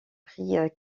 prit